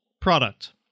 product